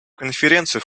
конференцию